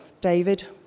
David